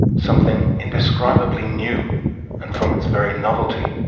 something indescribably new and, from its very novelty,